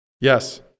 yes